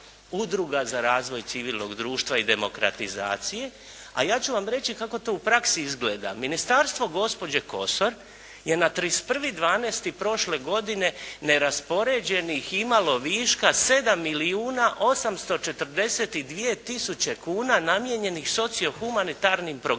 udruga za razvoj civilnog društva i demokratizacije. A ja ću vam reći kako to u praksi izgleda. Ministarstvo gospođe Kosor je na 31.12. prošle godine neraspoređenih imalo viška 7 milijuna 842 tisuće kuna namijenjenih socio-humanitarnim programima.